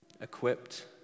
equipped